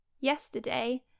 Yesterday